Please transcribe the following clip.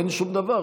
אין שום דבר.